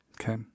Okay